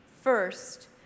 first